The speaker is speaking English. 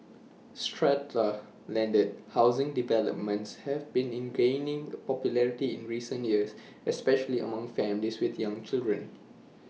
strata landed housing developments have been in gaining popularity in recent years especially among families with young children